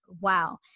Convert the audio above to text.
Wow